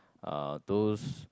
uh those